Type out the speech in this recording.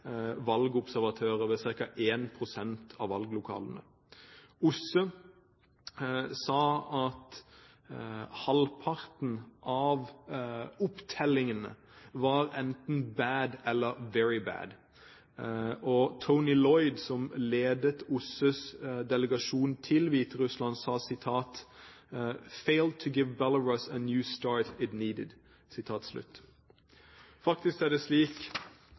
valgobservatører ved ca. 1 pst. av valglokalene. OSSE sa at halvparten av opptellingen var enten «bad» eller «very bad». Tony Lloyd, som ledet OSSEs delegasjon til Hviterussland sa at valget «failed to give Belarus the new start it needed». Faktisk er det slik